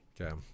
okay